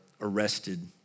arrested